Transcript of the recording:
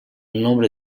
nombre